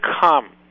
come